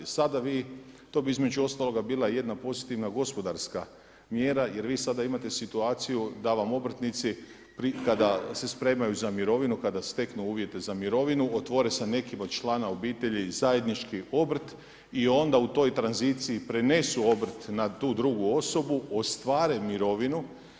Sada vi, to bi između ostaloga bila i jedna pozitivna gospodarska mjera jer vi sada imate situaciju da vam obrtnici kada se spremaju za mirovinu, kada steknu uvjete za mirovinu otvore sa nekim od člana obitelji zajednički obrt i onda u toj tranziciji prenesu obrt na tu drugu osobu, ostvare mirovinu.